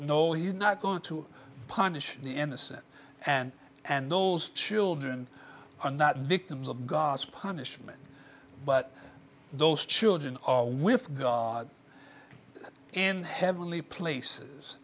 no he's not going to punish the innocent and and those children are not victims of god's punishment but those children are with god in heavenly places